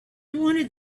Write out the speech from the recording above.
wanted